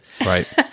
right